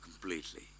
completely